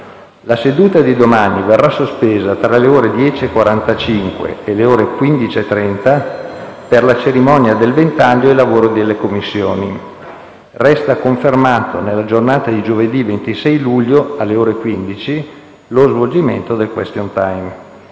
La seduta di domani sarà sospesa tra le ore 10,45 e le ore 15,30 per la cerimonia del Ventaglio e i lavori delle Commissioni. Resta confermato nella giornata di giovedì 26 luglio, alle ore 15, lo svolgimento del *question time*.